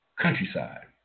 countryside